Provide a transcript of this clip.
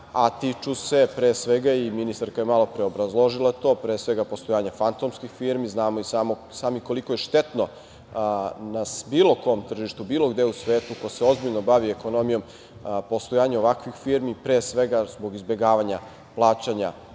a tiču se pre svega, i ministarka je malopre obrazložila to, pre svega postojanja fantomskih firmi, znamo i sami koliko je štetno na bilo kom tržištu, bilo gde u svetu, ko se ozbiljno bavi ekonomijom, postojanje ovakvih firmi, pre svega zbog izbegavanja plaćanja